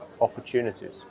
opportunities